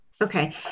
Okay